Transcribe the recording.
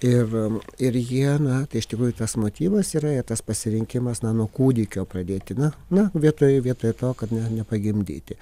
ir ir jie na tai iš tikrųjų tas motyvas yra tas pasirinkimas na nuo kūdikio pradėtina na vietoj vietoj to kad ne nepagimdyti